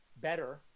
better